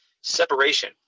separation